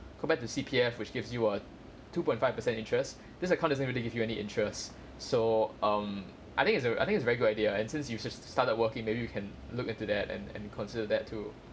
compared to C_P_F which gives you a two point five percent interest this account doesn't really give you any interest so um I think it's a I think it's a very good idea and since you just started working maybe you can look into that and and consider that too